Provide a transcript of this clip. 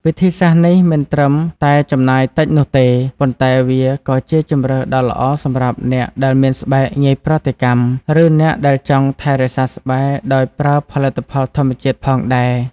វិធីសាស្រ្តនេះមិនត្រឹមតែចំណាយតិចនោះទេ ប៉ុន្តែវាក៏ជាជម្រើសដ៏ល្អសម្រាប់អ្នកដែលមានស្បែកងាយប្រតិកម្ម ឬអ្នកដែលចង់ថែរក្សាស្បែកដោយប្រើផលិតផលធម្មជាតិផងដែរ។